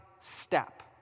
step